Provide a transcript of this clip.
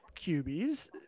cubies